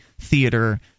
theater